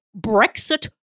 Brexit